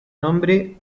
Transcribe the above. nombre